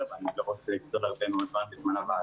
ואני לא רוצה לגזול מזמנה של הוועדה.